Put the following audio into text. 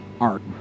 art